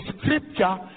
scripture